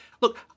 Look